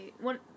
one